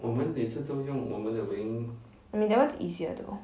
I mean that one is easier though